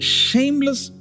shameless